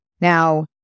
Now